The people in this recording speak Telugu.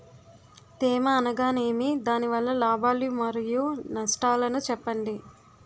తేమ అనగానేమి? దాని వల్ల లాభాలు మరియు నష్టాలను చెప్పండి?